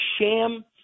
sham